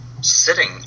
sitting